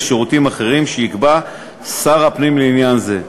ושירותים אחרים שיקבע שר הפנים לעניין זה.